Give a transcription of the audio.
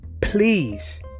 please